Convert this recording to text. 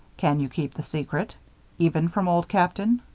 can you keep the secret even from old captain?